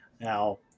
Now